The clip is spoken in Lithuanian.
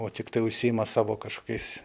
o tiktai užsiima savo kažkokiais